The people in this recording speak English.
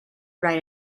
write